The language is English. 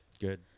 Good